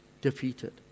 defeated